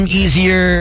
easier